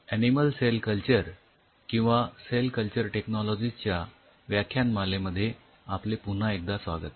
animal cell culture किंवा cell culture technologies च्या व्याख्यानमालेमध्ये आपले पुन्हा एकदा स्वागत